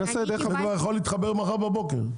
יכול להתחבר מחר בבוקר.